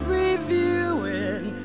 reviewing